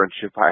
friendship